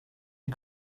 you